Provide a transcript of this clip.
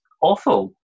awful